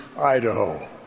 Idaho